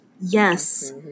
Yes